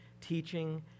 teaching